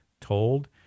told